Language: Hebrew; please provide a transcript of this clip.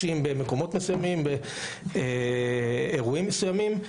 במקומות מסוימים או אירועים מסוימים.